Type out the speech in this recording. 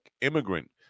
immigrant